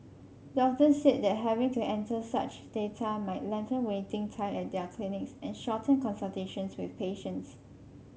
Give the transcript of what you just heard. doctors said that having to enter such data might lengthen waiting time at their clinics and shorten consultations with patients